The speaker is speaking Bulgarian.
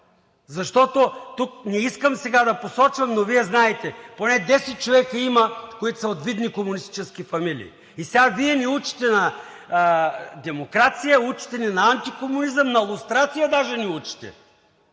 Защото тук не искам сега да посочвам, но Вие знаете – поне 10 човека има, които са от видни комунистически фамилии, и сега Вие ни учите на демокрация, учите ни на антикомунизъм, на лустрация даже ни учите.